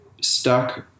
stuck